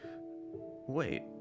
wait